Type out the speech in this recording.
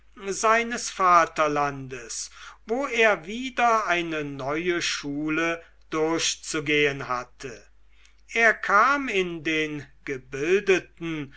seines vaterlandes wo er wieder eine neue schule durchzugehen hatte er kam in den gebildeten